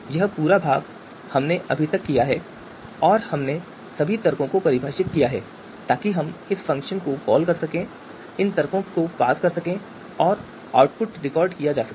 यह पूरा भाग हमने अभी तक किया है और हमने सभी तर्कों के परिभाषित किया है ताकि हम इस फ़ंक्शन को कॉल कर सकें इन तर्कों को पास कर सकें और आउटपुट रिकॉर्ड किया जा रहा है